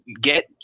get